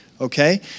okay